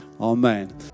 Amen